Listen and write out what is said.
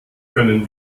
können